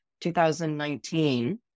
2019